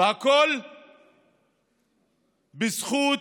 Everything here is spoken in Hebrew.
הכול בזכות